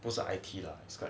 不是 I_T lah science